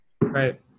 Right